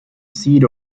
seed